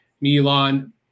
Milan